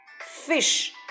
fish